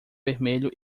vermelho